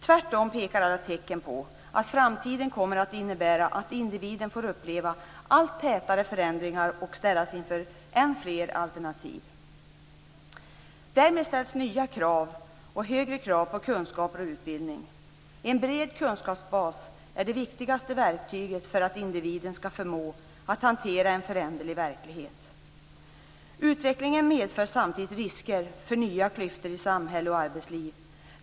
Tvärtom pekar alla tecken på att framtiden kommer att innebära att individen får uppleva allt tätare förändringar och ställas inför än fler alternativ. Därmed ställs nya och högre krav på kunskaper och utbildning. En bred kunskapsbas är det viktigaste verktyget för att individen skall förmå att hantera en föränderlig verklighet. Utvecklingen medför samtidigt risker för nya klyftor i samhälle och arbetsliv.